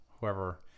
whoever